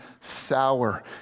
sour